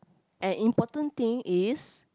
and important thing is